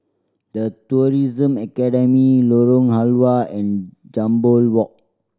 The Tourism Academy Lorong Halwa and Jambol Walk